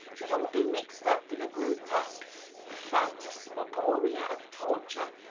should all be mixed up in a grotesque phantasmagoria of torture,